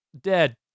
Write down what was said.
Dead